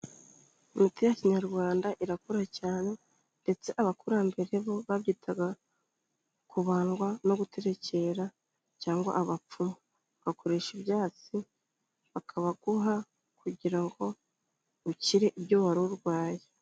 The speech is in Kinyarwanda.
Imiti ya kinyarwanda irakora cyane ndetse abakurambere bo babyitaga kubandwa no guterekera cyangwa abapfumu, ugakoresha ibyatsi, bakabaguha kugira ngo ukire ibyo wari urwaye.